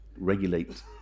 regulate